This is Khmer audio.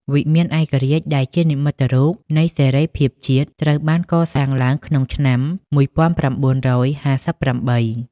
វិមានឯករាជ្យដែលជានិមិត្តរូបនៃសេរីភាពជាតិ ត្រូវបានកសាងឡើងក្នុងឆ្នាំ ១៩៥៨។